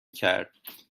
کرد